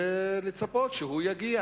ולצפות שיגיע,